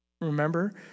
Remember